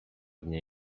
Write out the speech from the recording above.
dnie